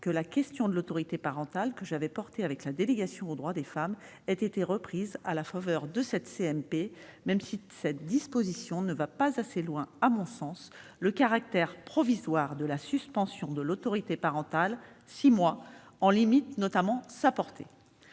que la question de l'autorité parentale, que j'avais portée avec la délégation aux droits des femmes, ait été reprise à la faveur de cette CMP, même si cette disposition ne va pas assez loin à mon sens : le caractère provisoire de la suspension de l'autorité parentale, d'une durée de six mois, en limite notamment sa portée.